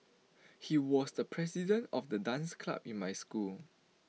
he was the president of the dance club in my school